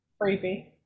Creepy